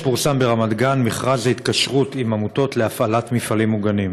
ברמת-גן מכרז להתקשרות עם עמותות להפעלת מפעלים מוגנים.